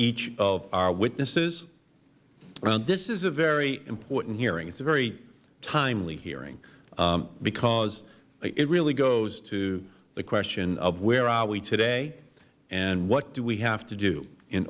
each of our witnesses this is a very important hearing it is a very timely hearing because it really goes to the question of where are we today and what do we have to do in